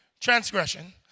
transgression